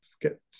get